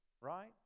right